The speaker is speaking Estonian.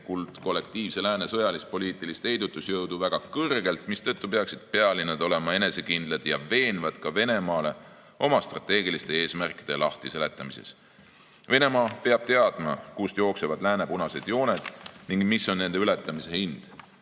kollektiivse lääne sõjalis-poliitilist heidutusjõudu väga kõrgelt, mistõttu peaksid pealinnad olema enesekindlad ja veenvad ka Venemaale oma strateegiliste eesmärkide lahtiseletamises. Venemaa peab teadma, kust jooksevad lääne punased jooned ning mis on nende ületamise hind.